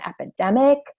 epidemic